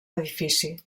edifici